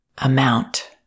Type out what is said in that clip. amount